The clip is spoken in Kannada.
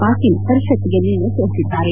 ಪಾಟೀಲ್ ಪರಿಷತ್ಗೆ ನಿನ್ನೆ ತಿಳಿಸಿದ್ದಾರೆ